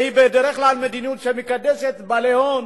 שהיא בדרך כלל מדיניות שמקדשת בעלי הון